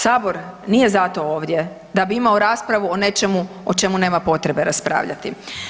Sabor nije zato ovdje, da bi imao raspravo o nečemu o čemu nema potrebe raspravljati.